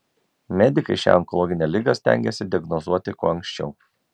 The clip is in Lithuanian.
medikai šią onkologinę ligą stengiasi diagnozuoti kuo anksčiau